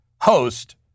host